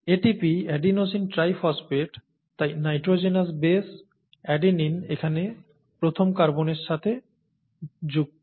ATP adenosine triphosphate তাই nitrogenous বেশ adenine এখানে প্রথম কার্বনের সাথে যুক্ত